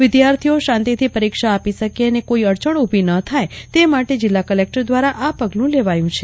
વિદ્યાર્થીઓ શાંતીથી પરીક્ષા આપી શકે અને કોઇ અડચણ ઉભી ન થાય તે માટે જિલ્લા કલેકટર દ્વારા આ પગલું લેવાયું છે